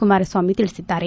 ಕುಮಾರಸ್ವಾಮಿ ತಿಳಿಸಿದ್ದಾರೆ